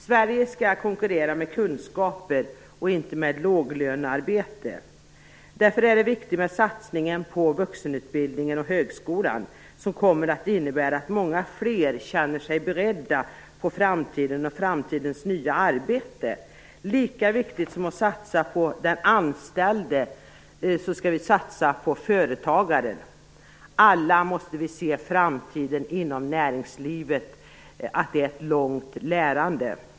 Sverige skall konkurrera med kunskaper, inte med låglönearbete. Därför är det viktigt med satsningen på vuxenutbildningen och högskolan, som kommer att innebära att många fler känner sig beredda inför framtiden och framtidens nya arbete. Lika viktigt som att satsa på den anställde är att också satsa på företagaren. Alla måste vi se att framtiden inom näringslivet är ett långt lärande.